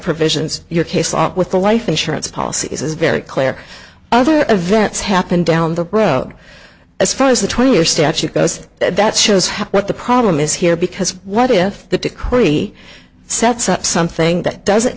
provisions your case off with a life insurance policy is very clear other events happen down the road as far as the twenty year statute does that shows what the problem is here because what if the decree sets up something that doesn't